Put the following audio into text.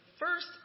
First